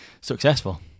successful